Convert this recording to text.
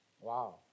Wow